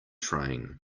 train